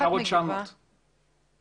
נשארו 900 מבנים.